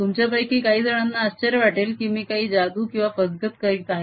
तुमच्यापैकी काही जणांना आश्चर्य वाटेल की मी काही जादू किंवा फसगत करीत आहे